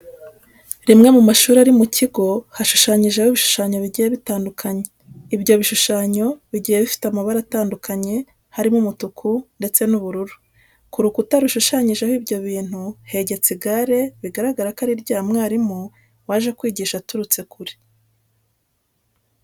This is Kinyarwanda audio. Rimwe mu mashuri ari mu kigo hashushanyijeho ibishushanyo bigiye bitandukanye. Ibyo bishushanyo bigiye bifite amabara atandukanye harimo umutuku ndetse n'ubururu. Ku rukuta rushushanyijeho ibyo bintu hegetse igare bigaragara ko ari irya mwarimu waje kwigisha aturutse kure.